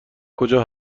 کجا